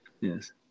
Yes